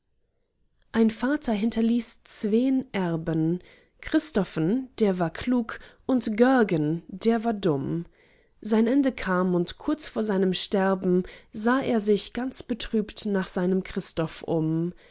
ein vater hinterließ zween erben christophen der war klug und görgen der war dumm sein ende kam und kurz vor seinem sterben sah er sich ganz betrübt nach seinem christoph um